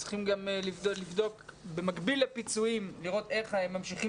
וצריך גם לבדוק במקביל לפיצויים איך הם ממשיכים